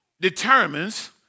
determines